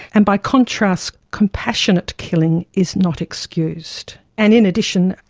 and by contrast, compassionate killing is not excused. and in addition,